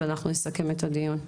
ואנחנו נסכם את הדיון.